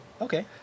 Okay